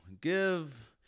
give